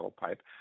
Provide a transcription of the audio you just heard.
pipe